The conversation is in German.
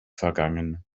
vergangen